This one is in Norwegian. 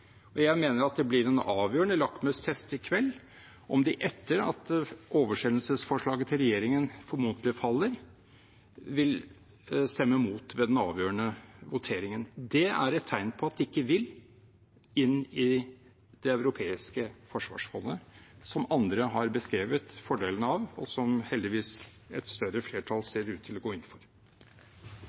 Jeg mener at det blir en avgjørende lakmustest i kveld om de, etter at oversendelsesforslaget til regjeringen formodentlig faller, vil stemme mot ved den avgjørende voteringen. Det er et tegn på at de ikke vil inn i Det europeiske forsvarsfondet, som andre har beskrevet fordelene av, og som heldigvis et større flertall ser ut til å gå inn for.